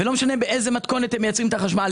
ולא משנה באיזו מתכונת הם מייצרים את החשמל,